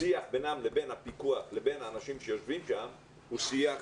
השיח בינם לבין הפיקוח לבין האנשים שיושבים שם הוא שיח